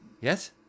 Yes